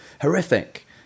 horrific